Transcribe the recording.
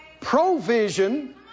provision